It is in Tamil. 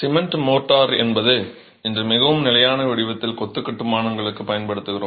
சிமென்ட் மோர்ட்டார் என்பது இன்று மிகவும் நிலையான வடிவத்தில் கொத்து கட்டுமானங்களுக்கு பயன்படுத்துகிறோம்